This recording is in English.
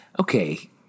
okay